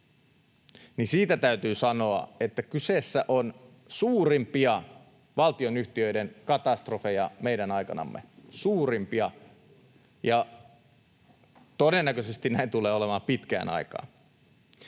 siitä täytyy sanoa, että kyseessä on suurimpia valtionyhtiöiden katastrofeja meidän aikanamme, suurimpia, ja todennäköisesti näin tulee olemaan pitkän aikaa.